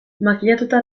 makillatuta